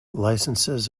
licenses